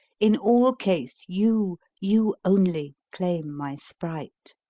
in all case you, you only, claim my sprite!